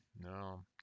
no